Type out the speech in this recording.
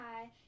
hi